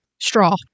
straw